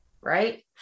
right